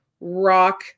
rock